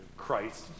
Christ